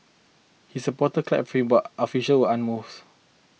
his supporters clapped him but officials were unmoved